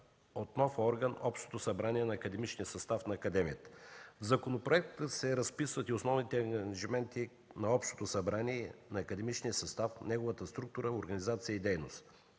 от нов орган – Общото събрание на академичния състав на академията. В законопроекта се разписват и основните ангажименти на Общото събрание на академичния състав, неговата структура, организация и дейност.